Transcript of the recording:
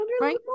right